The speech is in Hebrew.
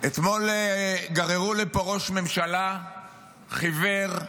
אתמול גררו לפה ראש ממשלה חיוור,